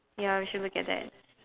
ya we should look at that